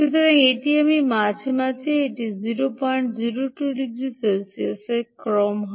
সুতরাং এটি আমি মাঝে মাঝে এটি 002 ডিগ্রি সেলসিয়াসের ক্রম হয়